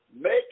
Make